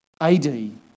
AD